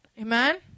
amen